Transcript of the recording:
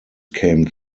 came